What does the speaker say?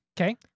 Okay